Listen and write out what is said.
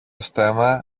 στέμμα